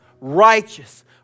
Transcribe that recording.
righteous